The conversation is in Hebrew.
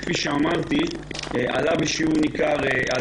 שכפי שאמרתי עלה בשיעור ניכר בשנים האחרונות.